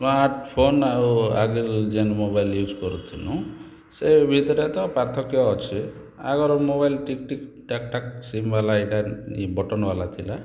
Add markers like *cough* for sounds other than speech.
smart phone ଆଉ *unintelligible* mobile use କରୁଥିନୁ ସେ ଭିତରେ ତ ପାର୍ଥକ୍ୟ ଅଛି ଆଗରୁ ମୋବାଇଲ ଟିକ୍ଟିକ୍ ଟାକ୍ଟାକ୍ ସିମ୍ ବାଲା ଏଇଟା ବଟମବାଲା ଥିଲା